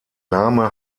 name